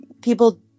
People